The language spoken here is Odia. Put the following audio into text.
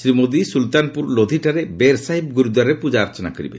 ଶ୍ରୀ ମୋଦୀ ସୁଲତାନପୁର ଲୋଧିଠାରେ ବେର୍ ସାହିବ ଗୁରୁଦ୍ୱାରରେ ପ୍ରଜାର୍ଚ୍ଚନା କରିବେ